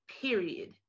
period